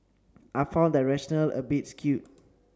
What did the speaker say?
I found that rationale a bit skewed